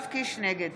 נגד